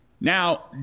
Now